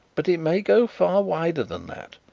but it may go far wider than that.